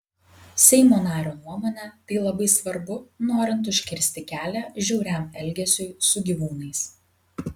seimo nario nuomone tai labai svarbu norint užkirsti kelią žiauriam elgesiui su gyvūnais